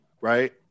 right